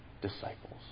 disciples